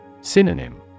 Synonym